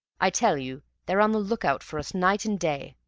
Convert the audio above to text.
i tell you they're on the lookout for us night and day.